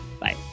Bye